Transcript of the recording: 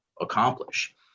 accomplish